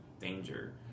danger